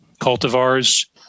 cultivars